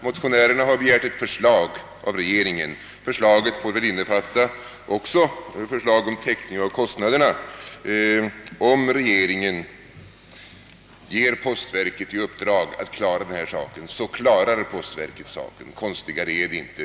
Motionärerna har begärt att regeringen skall framlägga ett förslag. Förslaget får väl då också innefatta täckning av kostnaderna. Om regeringen ger postverket i uppdrag att lösa denna fråga, så löser postverket den, konstigare är det inte.